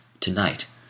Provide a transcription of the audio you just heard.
to-night